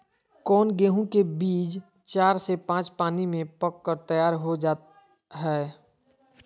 कौन गेंहू के बीज चार से पाँच पानी में पक कर तैयार हो जा हाय?